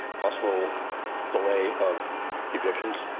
possible delay of evictions.